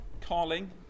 Carling